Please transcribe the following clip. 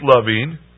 loving